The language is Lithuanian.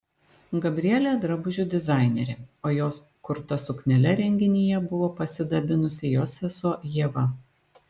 gabrielė drabužių dizainerė o jos kurta suknele renginyje buvo pasidabinusi jos sesuo ieva